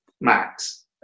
max